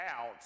out